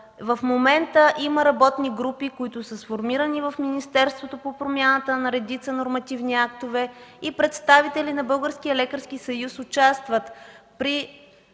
В момента има работни групи, които са сформирани в министерството, по промяната на редица нормативни актове и представители на Българския